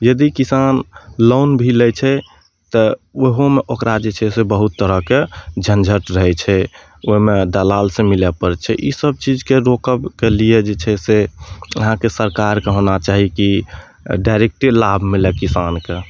यदि किसान लोन भी लै छै तऽ ओहुमे ओकरा जे छै से बहुत तरहके झन्झट रहै छै ओहिमे दलाल से मिलै पड़ै छै ई सभ चीजके रोकबके लिए जे छै से अहाँके सरकारके होना चाही कि डाइरेक्टे लाभ मिलै किसानके